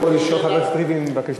חבר הכנסת ריבלין מבקש לשאול שאלה.